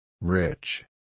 Rich